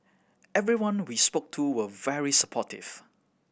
everyone we spoke to were very supportive